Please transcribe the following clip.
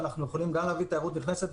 אתה יכול להגיד שהדיון הזה עוד לא התקיים אצלכם,